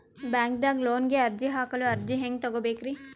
ಬ್ಯಾಂಕ್ದಾಗ ಲೋನ್ ಗೆ ಅರ್ಜಿ ಹಾಕಲು ಅರ್ಜಿ ಹೆಂಗ್ ತಗೊಬೇಕ್ರಿ?